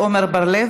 כמו שאמרת